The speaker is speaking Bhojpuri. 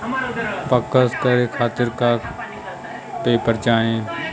पिक्कस करे खातिर का का पेपर चाही?